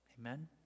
Amen